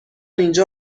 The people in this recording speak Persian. اینجا